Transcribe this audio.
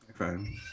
okay